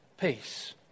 peace